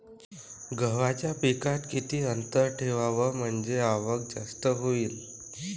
गव्हाच्या पिकात किती अंतर ठेवाव म्हनजे आवक जास्त होईन?